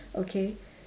okay